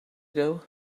ago